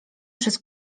przez